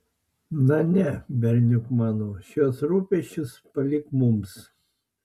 na ne berniuk mano šiuos rūpesčius palik mums